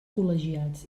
col·legiats